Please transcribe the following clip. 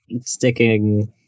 sticking